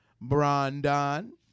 Brandon